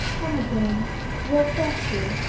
come again we'll fetch you.